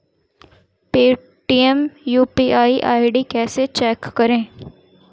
Paytm UPI ID कैसे change करें?